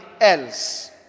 else